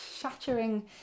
shattering